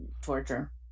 torture